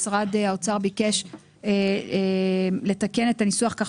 משרד האוצר ביקש לתקן את הניסוח כך